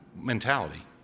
mentality